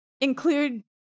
include